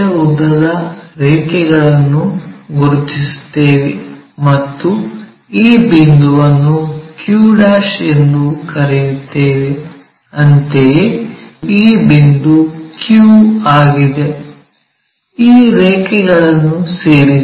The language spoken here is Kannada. ಉದ್ದದ ರೇಖೆಗಳನ್ನು ಗುರುತಿಸುತ್ತೇವೆ ಮತ್ತು ಈ ಬಿಂದುವನ್ನು q ಎಂದು ಕರೆಯುತ್ತೇವೆ ಅಂತೆಯೇ ಈ ಬಿಂದು q ಆಗಿದೆ ಈ ರೇಖೆಗಳನ್ನು ಸೇರಿಸಿ